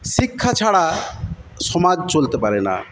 শিক্ষা ছাড়া সমাজ চলতে পারে না